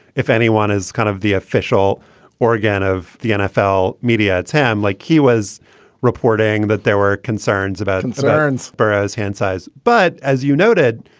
if anyone, is kind of the official organ of the nfl media, it's him like he was reporting that there were concerns about concerns sparrow's hand size. but as you noted,